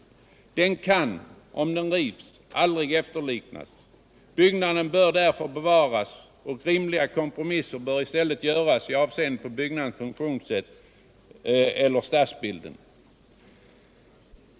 Den kan, om den rivs, aldrig efterliknas. Byggnaden bör därför bevaras och rimliga kompromisser bör i stället göras i avseende på byggnadens funktienssätt och stadsbilden.